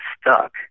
stuck